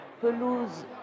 Pelouse